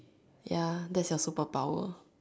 ya that's your superpower